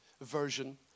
version